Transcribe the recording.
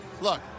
Look